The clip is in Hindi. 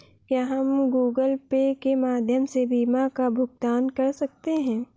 क्या हम गूगल पे के माध्यम से बीमा का भुगतान कर सकते हैं?